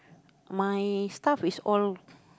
my stuff is all